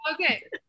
Okay